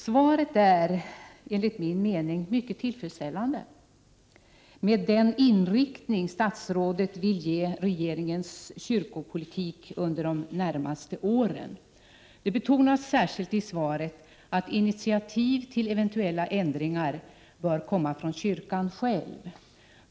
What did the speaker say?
Svaret är, enligt min mening, mycket tillfredsställande när det gäller den inriktning som statsrådet vill ge regeringens kyrkopolitik under de närmaste åren. I svaret betonas särskilt att initiativ till eventuella ändringar bör komma från kyrkan själv.